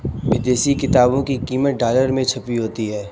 विदेशी किताबों की कीमत डॉलर में छपी होती है